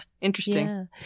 interesting